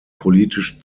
politisch